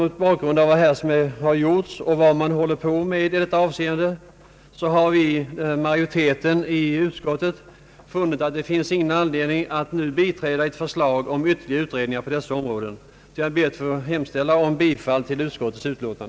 Mot bakgrund av vad som här gjorts och vad man håller på med i detta avseende har utskottsmajoriteten ansett att det inte finns någon anledning att nu biträda ett förslag om ytterligare utredningar på dessa områden. Jag ber därför att få hemställa om bifall till utskottets förslag.